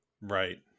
Right